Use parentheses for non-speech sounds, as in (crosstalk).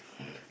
(breath)